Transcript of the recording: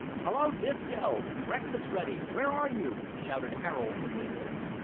hallo, disco! breakfast's ready where are you? shouted harold from the woods.